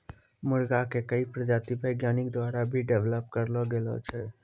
मुर्गा के कई प्रजाति वैज्ञानिक द्वारा भी डेवलप करलो गेलो छै